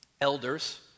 Elders